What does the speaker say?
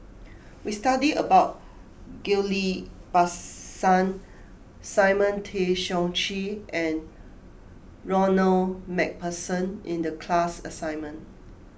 we studied about Ghillie Basan Simon Tay Seong Chee and Ronald MacPherson in the class assignment